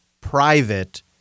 private